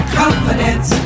confidence